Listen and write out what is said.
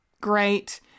great